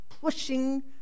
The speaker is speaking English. pushing